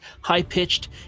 High-pitched